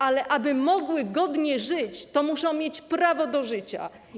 Ale aby mogły godnie żyć, to muszą mieć prawo do życia.